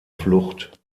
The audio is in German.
flucht